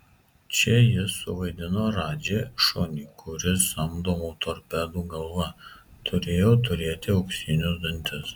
čia jis suvaidino radži šunį kuris samdomų torpedų galva turėjo turėti auksinius dantis